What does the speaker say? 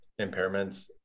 impairments